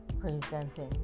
presenting